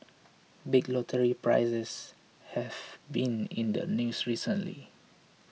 big lottery prizes have been in the news recently